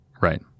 Right